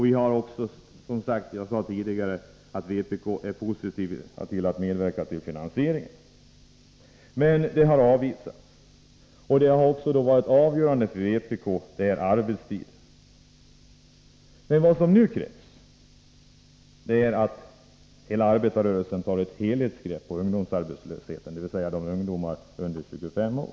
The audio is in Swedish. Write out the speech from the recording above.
Vpk är även, som jag sade tidigare, positivt inställd till att medverka till finansieringen. Men våra förslag har avvisats. Det som varit avgörande för vpk är arbetstiden. Vad som nu krävs är att hela arbetarrörelsen tar ett helhetsgrepp på ungdomsarbetslösheten, dvs. arbetslösheten bland ungdomar under 25 år.